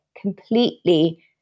completely